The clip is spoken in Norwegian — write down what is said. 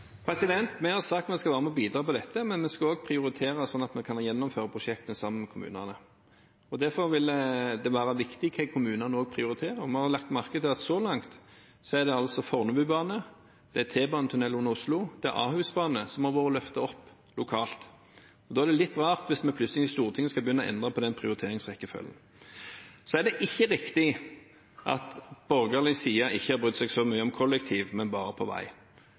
Vi har sagt at vi skal være med på å bidra til dette, men vi skal også prioritere slik at vi kan gjennomføre prosjektene sammen med kommunene. Derfor vil det også være viktig hva kommunene prioriterer. Vi har lagt merke til at så langt er det Fornebubanen, T-banetunnel under Oslo og Ahusbane som har blitt løftet opp lokalt. Da er det litt rart hvis Stortinget plutselig skal begynne å endre på den prioriteringsrekkefølgen. Det er ikke riktig at borgerlig side ikke har brydd seg så mye om kollektiv, men bare om vei.